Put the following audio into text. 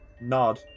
nod